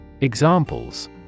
Examples